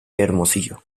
hermosillo